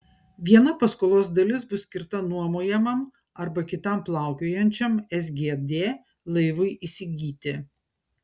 viena paskolos dalis bus skirta nuomojamam arba kitam plaukiojančiam sgd laivui įsigyti